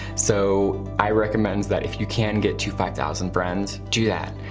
so i recommend that if you can get to five thousand friends, do that.